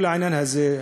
כל העניין הזה,